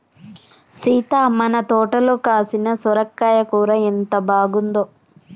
సీత మన తోటలో కాసిన సొరకాయ కూర ఎంత బాగుందో